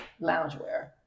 loungewear